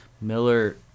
Miller